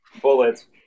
Bullets